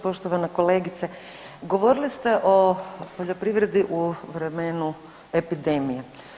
Poštovana kolegice govorili ste o poljoprivredi u vremenu epidemije.